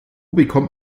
bekommt